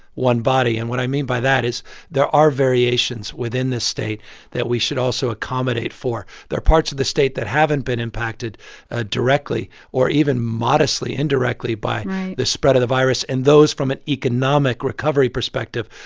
one body. and what i mean by that is there are variations within this state that we should also accommodate for. there are parts of the state that haven't been impacted ah directly or even modestly indirectly by the spread of the virus. and those from an economic recovery perspective,